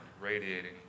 radiating